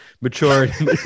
maturity